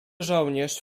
żołnierz